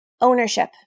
Ownership